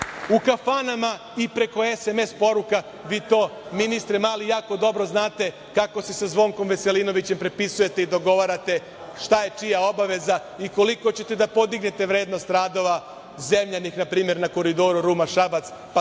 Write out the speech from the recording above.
u kafanama i preko SMS poruka. Vi to, ministre Mali, jako dobro znate kako se sa Zvonkom Veselinovićem dopisujete i dogovarate, šta je čija obaveza i koliko ćete da podignete vrednost zemljanih radova, na primer, na Koridoru Ruma-Šabac, pa sa